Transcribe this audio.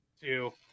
two